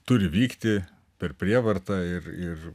turi vykti per prievartą ir ir